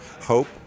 Hope